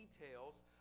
details